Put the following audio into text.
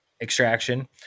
extraction